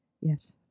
Yes